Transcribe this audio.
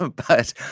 um but,